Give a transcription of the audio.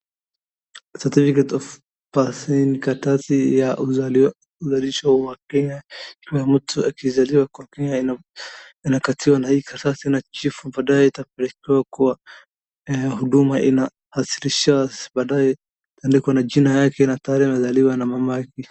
Certificate of Birth hii ni karatasi ya uzalisho wa Kenya ,kila mtu akizaliwa kwa Kenya anakatiwa na hii karatasi na chifu baadaye itakuletea kwa huduma inaasilisha baadae inaandikwa na jina yake na pahali amezaliwa na mama yake.